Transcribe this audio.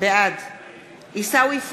בעד עיסאווי פריג'